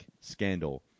scandal